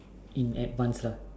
in advanced lah